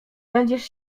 będziesz